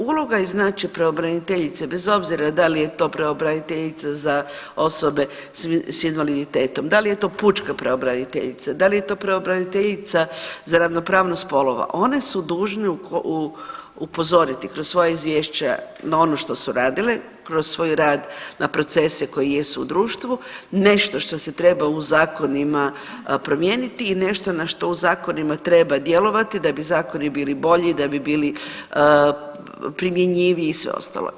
Uloga i značaj pravobraniteljice, bez obzira da li je to pravobraniteljica za osobe s invaliditetom, da li je to pučka pravobraniteljica, da li je to pravobraniteljica za ravnopravnost spolova, one su dužne upozoriti kroz svoja izvješća na ono što su radile kroz svoj rad na procese koji jesu u društvu, nešto što se treba u zakonima promijeniti i nešto na što u zakonima treba djelovati da bi zakoni bili bolji, da bi bili primjenjiviji i sve ostalo.